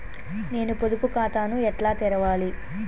నేను పొదుపు ఖాతాను ఎట్లా తెరవాలి?